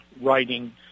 writing